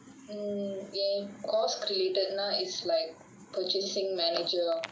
um ya course created now is like purchasing manager lor